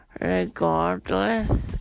regardless